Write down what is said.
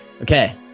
Okay